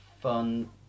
fun